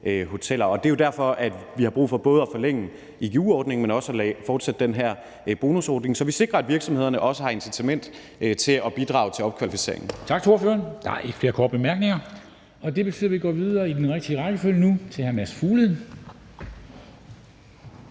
hoteller. Det er jo derfor, vi har brug for både at forlænge igu-ordningen, men også at fortsætte den her bonusordning, så vi sikrer, at virksomhederne også har incitament til at bidrage til opkvalificeringen. Kl. 11:04 Formanden (Henrik Dam Kristensen): Tak til ordføreren. Der er ikke flere korte bemærkninger. Det betyder, at vi går videre i den rigtige rækkefølge nu til hr. Mads Fuglede,